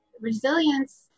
Resilience